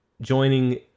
joining